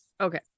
Okay